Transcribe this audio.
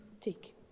take